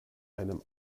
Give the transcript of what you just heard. einem